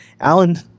Alan